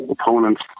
opponents